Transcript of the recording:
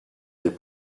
les